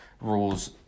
rules